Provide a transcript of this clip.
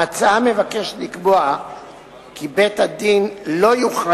ההצעה מבקשת לקבוע כי בית-הדין לא יוכל